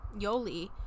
Yoli